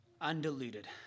undiluted